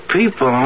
people